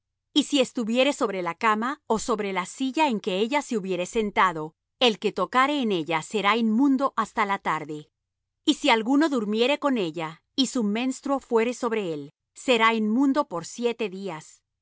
y si estuviere sobre la cama ó sobre la silla en que ella se hubiere sentado el que tocare en ella será inmundo hasta la tarde y si alguno durmiere con ella y su menstruo fuere sobre él será inmundo por siete días